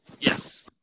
Yes